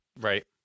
Right